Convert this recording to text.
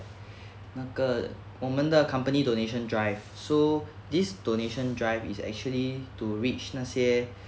那个我们的 company donation drive so this donation drive is actually to reach 那些